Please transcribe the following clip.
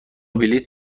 بلیط